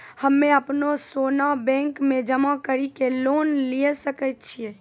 हम्मय अपनो सोना बैंक मे जमा कड़ी के लोन लिये सकय छियै?